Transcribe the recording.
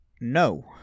no